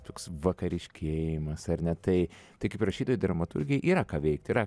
toks vakariškėjimas ar ne tai tai kaip rašytojai dramaturgei yra ką veikt yra